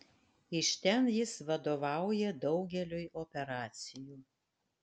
iš ten jis vadovauja daugeliui operacijų